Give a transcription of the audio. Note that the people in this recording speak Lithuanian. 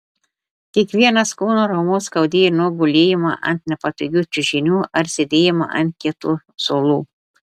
kiekvienas kūno raumuo skaudėjo nuo gulėjimo ant nepatogių čiužinių ar sėdėjimo ant kietų suolų